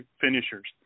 finishers